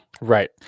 Right